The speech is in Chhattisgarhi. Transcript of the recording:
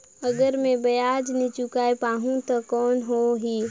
अगर मै ब्याज नी चुकाय पाहुं ता कौन हो ही?